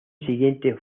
siguiente